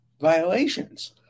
violations